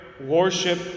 worship